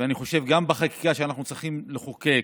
ואני חושב שגם בחקיקה שאנחנו צריכים לחוקק,